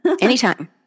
Anytime